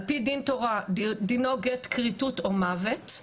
על פי דין תורה דינו גט כריתות או מוות,